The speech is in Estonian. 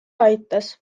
aitas